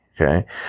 Okay